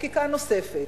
בחקיקה נוספת.